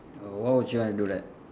oh why would you want to do that